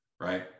Right